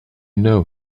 know